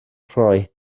rhoi